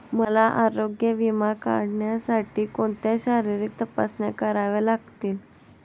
मला आरोग्य विमा काढण्यासाठी कोणत्या शारीरिक तपासण्या कराव्या लागतील?